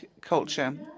culture